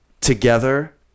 together